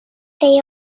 they